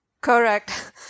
Correct